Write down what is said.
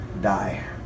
die